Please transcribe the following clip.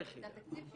זה התקציב שיושב.